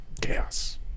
Chaos